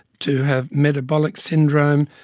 to have metabolic syndrome,